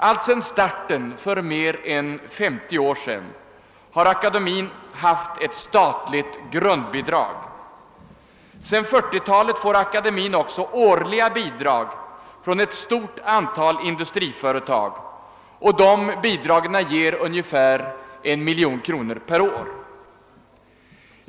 Alltsedan starten för mer än 50 år sedan har akademin haft ett statligt grundbidrag. Sedan 1940 talet får akademin också årliga bidrag från ett stort antal industriföretag. De bidragen utgör ungefär en miljon kronor per år.